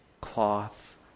cloth